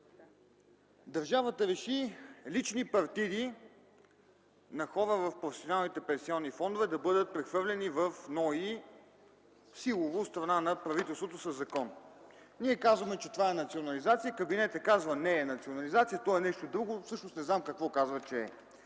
Държавата реши личните партиди на хора в професионалните пенсионни фондове да бъдат прехвърлени в НОИ, силово от страна на правителството, със закон. Ние казваме, че това е национализация, кабинетът казва, че не е национализация, то е нещо друго, всъщност не знам какво казват, че е